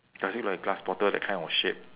does it look like a glass bottle that kind of shape